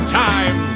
time